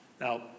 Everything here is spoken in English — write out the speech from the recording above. Now